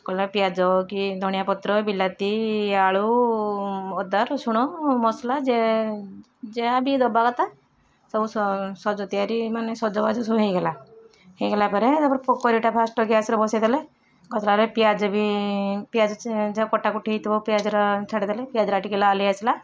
କଲା ପିଆଜ କି ଧଣିଆ ପତ୍ର ବିଲାତି ଆଳୁ ଅଦା ରସୁଣ ମସଲା ଯେ ଯାହାବି ଦବା କଥା ସବୁ ସ ସଜ ତିଆରି ମାନେ ସଜବାଜ ସବୁ ହେଇଗଲା ହେଇଗଲା ପରେ ତାପରେ ପୋକରୀ ଟା ଫାଷ୍ଟେ ଗ୍ୟାସରେ ବସାଇଦେଲେ ପିଆଜ ବି ପିଆଜ ଯାହା କଟାକୁଟି ହେଇଥିବ ପିଆଜ ରା ଛାଡ଼ି ଦେଲେ ପିଆଜରା ଟିକେ ଲାଲ ହେଇ ଆସିଲା